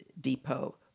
depot